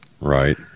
right